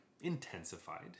intensified